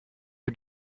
you